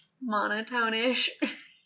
monotone-ish